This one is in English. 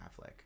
Affleck